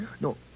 No